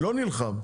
לא נלחם,